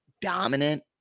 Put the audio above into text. dominant